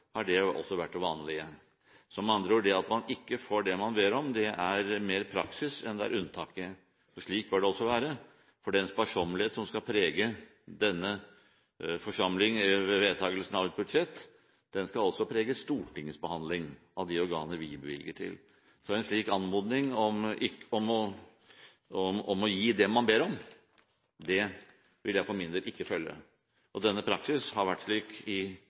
har sittet i presidentskapet, har det også vært det vanlige. Så med andre ord, det at man ikke får det man ber om, er mer praksis enn det er unntaket. Slik bør det også være, for den sparsommelighet som skal prege denne forsamling ved vedtakelsen av et budsjett, skal også prege Stortingets behandling av de organer vi bevilger til. Så en slik anmodning om å gi det man ber om, vil jeg for min del ikke følge. Denne praksis har vært slik